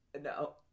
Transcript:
No